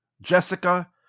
Jessica